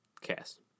cast